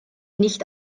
nicht